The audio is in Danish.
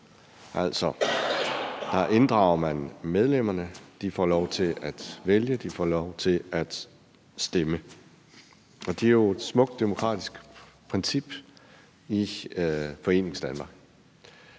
Der inddrager man medlemmerne, de får lov til at vælge, de får lov til at stemme, og det er jo et smukt demokratisk princip i Foreningsdanmark.